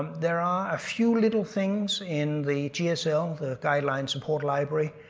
there are a few little things in the gsl, the guideline support library,